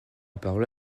parole